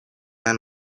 end